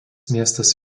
miestas